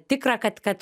tikra kad kad